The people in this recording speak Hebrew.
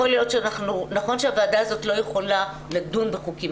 נכון שהוועדה הזאת לא יכולה לדון בחוקים,